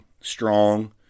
strong